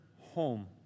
home